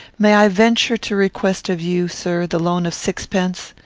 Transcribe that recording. may i venture to request of you, sir, the loan of sixpence?